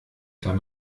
dann